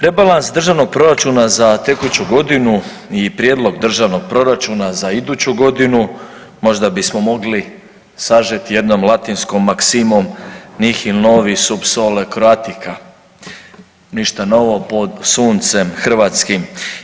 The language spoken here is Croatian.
Rebalans državnog proračuna za tekuću godinu i prijedlog državnog proračuna za iduću godinu možda bismo mogli sažeti jednom latinskom maksimom „nihil novi sub sole croatica“, ništa novo pod suncem hrvatskim.